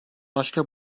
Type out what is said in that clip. başka